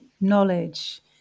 knowledge